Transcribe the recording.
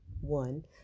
one